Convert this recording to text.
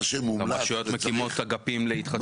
מה שמומלץ --- רשויות מקימות אגפים להתחדשות מתחמית.